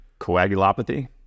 coagulopathy